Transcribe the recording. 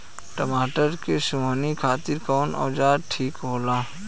टमाटर के सोहनी खातिर कौन औजार ठीक होला?